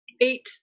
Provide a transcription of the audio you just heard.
Eight